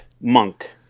Monk